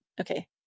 okay